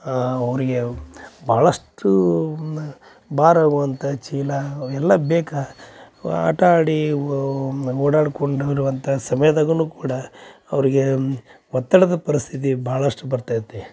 ಅವರಿಗೆ ಭಾಳಷ್ಟೂ ಭಾರ ಆಗುವಂಥಾ ಚೀಲಾ ಎಲ್ಲ ಬೇಕಾ ಅವ್ ಆಟ ಆಡೀ ಓಡಾಡ್ಕೊಂಡು ಇರುವಂಥಾ ಸಮಯದಾಗುನು ಕೂಡ ಅವರಿಗೆ ಒತ್ತಡದ ಪರಿಸ್ಥಿತಿ ಭಾಳಷ್ಟು ಬರ್ತೈತಿ